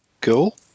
cool